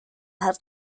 had